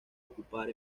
ocupar